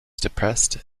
depressed